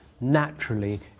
naturally